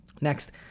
next